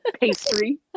pastry